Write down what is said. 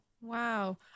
wow